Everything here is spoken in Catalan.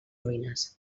ruïnes